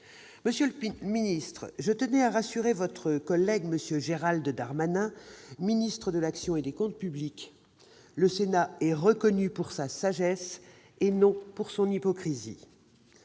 Monsieur le secrétaire d'État, je tenais à rassurer votre collègue M. Gérald Darmanin, ministre de l'action et des comptes publics : le Sénat est reconnu pour sa sagesse, et non pour son hypocrisie